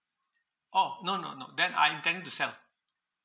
oh no no no then I intend to sell